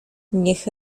niech